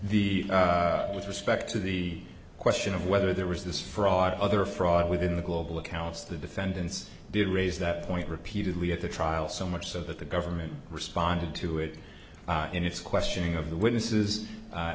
the with respect to the question of whether there was this fraud other fraud within the global accounts the defendants did raise that point repeatedly at the trial so much so that the government responded to it in its questioning of the witnesses